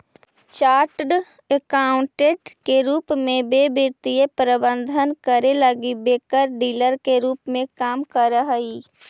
chartered accountant के रूप में वे वित्तीय प्रबंधन करे लगी ब्रोकर डीलर के रूप में काम करऽ हई